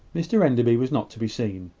mr enderby was not to be seen.